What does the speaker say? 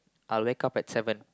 I'll wake up at seven